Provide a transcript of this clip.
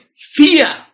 fear